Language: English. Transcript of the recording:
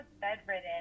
bedridden